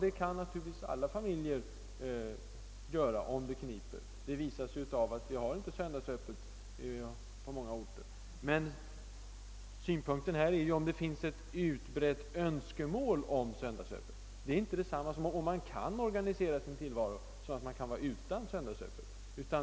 Det kan nalurligtvis alla familjer göra om det kniper, det framgar av att det inte är söndagsöppet på manga orter. Men frågan är ju om det finns eti utbrett önskemat om öppethållande under söndagar. Det utesluter inte alt man kan sin tillvaro så alt man kan vara utan söndagsöppet.